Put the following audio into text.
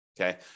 Okay